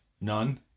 None